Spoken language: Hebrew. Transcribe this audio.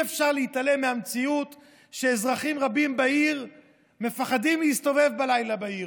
אי-אפשר להתעלם מהמציאות שאזרחים רבים בעיר מפחדים להסתובב בלילה בעיר.